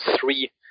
three